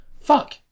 fuck